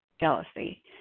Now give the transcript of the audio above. jealousy